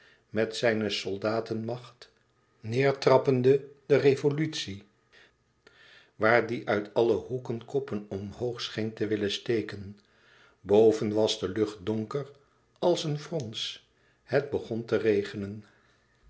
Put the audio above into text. met zijne soldatenmacht neêrtrappende de revolutie waar die uit alle hoeken koppen omhoog scheen te willen steken boven was de lucht donker als een frons het begon te regenen